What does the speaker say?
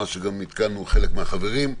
מה שגם עדכנו חלק מהחברים.